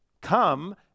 come